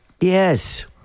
Yes